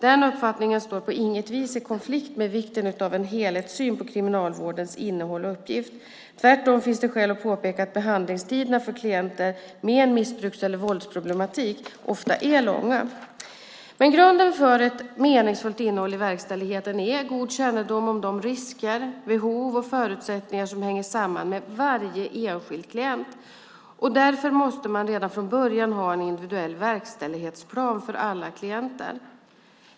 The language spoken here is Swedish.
Den uppfattningen står på inget vis i konflikt med vikten av en helhetssyn på kriminalvårdens innehåll och uppgift. Tvärtom finns det skäl att påpeka att behandlingstiderna för klienter med en missbruks eller våldsproblematik ofta är långa. Grunden för ett meningsfullt innehåll i verkställigheten är god kännedom om de risker, behov och förutsättningar som hänger samman med varje enskild klient. Därför måste man redan från början ha en individuell verkställighetsplan för alla klienter.